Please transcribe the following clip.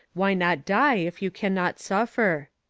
why not die if you can not suffer?